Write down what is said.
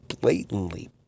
blatantly